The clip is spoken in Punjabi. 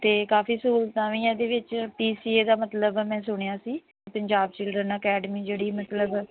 ਅਤੇ ਕਾਫੀ ਸਹੂਲਤਾਂ ਵੀ ਇਹਦੇ ਵਿੱਚ ਪੀ ਸੀ ਏ ਦਾ ਮਤਲਬ ਮੈਂ ਸੁਣਿਆ ਸੀ ਪੰਜਾਬ ਚਿਲਡਰਨ ਅਕੈਡਮੀ ਜਿਹੜੀ ਮਤਲਬ